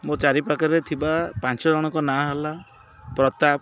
ମୋ ଚାରିପାଖରେ ଥିବା ପାଞ୍ଚ ଜଣଙ୍କ ନା ହେଲା ପ୍ରତାପ